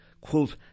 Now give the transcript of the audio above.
quote